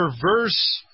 Perverse